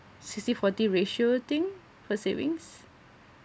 sixty forty ratio thing for savings